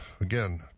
again